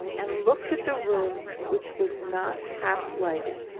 and looked at the room, which was not half lighted,